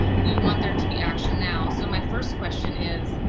we want there to be action now. so, my first question is,